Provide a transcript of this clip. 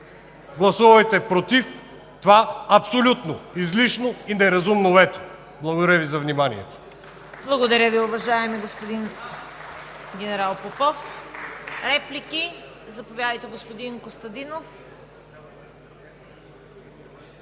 гласувайте против това абсолютно, излишно и неразумно вето. Благодаря Ви за вниманието.